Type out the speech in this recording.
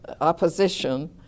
opposition